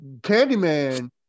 Candyman